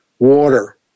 Water